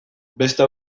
beste